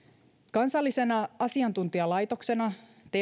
kansallisena asiantuntijalaitoksena thl